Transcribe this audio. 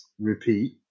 Repeat